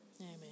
Amen